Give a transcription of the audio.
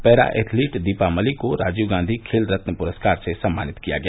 para athlete Deepa Malik को राजीव गांधी खेल रत्न पुरस्कार से सम्मानित किया गया